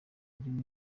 ururimi